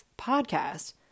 podcast